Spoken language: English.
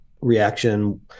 reaction